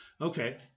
Okay